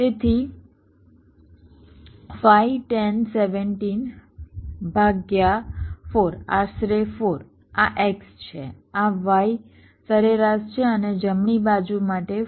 તેથી 5 10 17 ભાગ્યા 4 આશરે 4 આ x છે આ y સરેરાશ છે અને જમણી બાજુ માટે 4 2 6 11 18